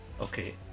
Okay